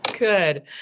Good